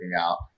out